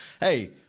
Hey